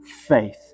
faith